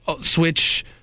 Switch